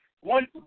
one